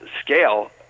scale